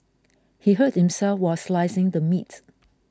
he hurt himself while slicing the meat